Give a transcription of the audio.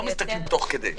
לא מסתכלים תוך כדי.